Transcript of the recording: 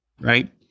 right